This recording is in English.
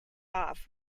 off